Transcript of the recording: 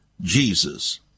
Jesus